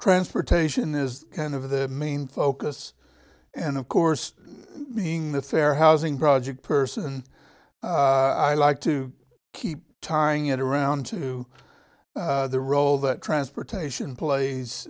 transportation is kind of the main focus and of course being the fair housing project person i like to keep tarring it around to the role that transportation plays